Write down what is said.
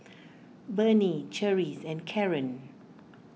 Bernie Charisse and Karren